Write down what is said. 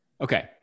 Okay